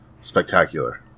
spectacular